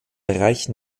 bereich